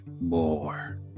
more